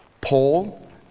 Paul